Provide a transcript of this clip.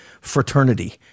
fraternity